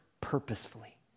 purposefully